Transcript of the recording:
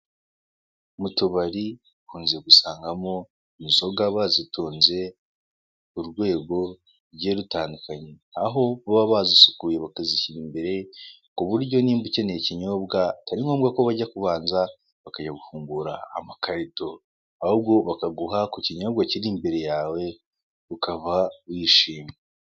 Mu tubari, dukunze gusangamo inzoga bazitonze ku rwego rugiye rutandukanye. Aho baba bazisukuye bakazishyira imbere ku buryo nimba ukeneye ikinyobwa, atari ngombwa ko bajya kubanza bakajya gufungura amakarito. Ahubwo bakaguha ku kinyobwa kiri imbere yawe, ukaba wishima.